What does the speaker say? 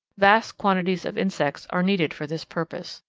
vast quantities of insects are needed for this purpose.